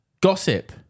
Gossip